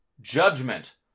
Judgment